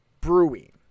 brewing